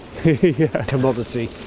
commodity